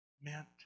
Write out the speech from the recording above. meant